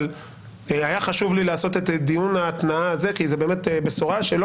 אבל היה חשוב לי לעשות את דיון ההתנעה הזה כי זו בשורה שלא